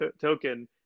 token